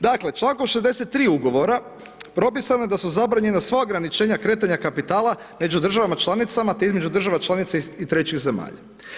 Dakle, čl. 63. ugovora, propisano je da su zabranjena sva ograničenja kretanja kapitala, među državama članicama, te između država članica i trećih zemalja.